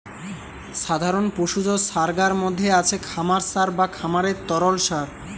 সাধারণ পশুজ সারগার মধ্যে আছে খামার সার বা খামারের তরল সার